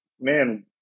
man